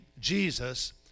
Jesus